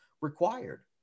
required